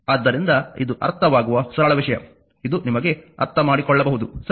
ಆದ್ದರಿಂದ ಇದು ಅರ್ಥವಾಗುವ ಸರಳ ವಿಷಯ ಇದು ನಿಮಗೆ ಅರ್ಥಮಾಡಿಕೊಳ್ಳಬಹುದು ಸರಿ